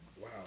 Wow